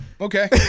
Okay